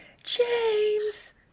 James